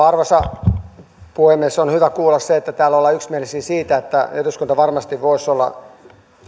arvoisa puhemies on hyvä kuulla se että täällä ollaan yksimielisiä siitä että eduskunta varmasti voisi olla